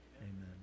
amen